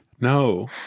No